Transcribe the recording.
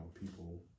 people